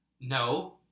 No